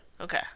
okay